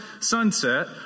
sunset